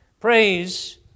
Praise